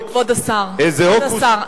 כבוד השר,